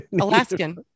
Alaskan